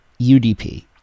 UDP